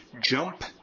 jump